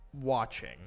watching